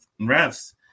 refs